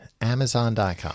Amazon.com